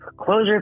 closure